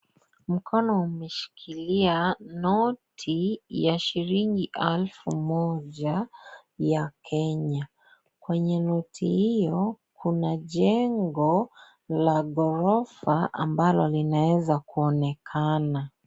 Mkono umeshikilia noti ya shilingi elfu moja ya Kenya. Kwenye noti hiyo Kuna jengo la ghorofa ambalo linaweza kuonekana